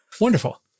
Wonderful